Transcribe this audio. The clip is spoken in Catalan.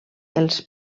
els